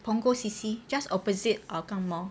punggol C_C just opposite hougang mall